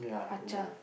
Achar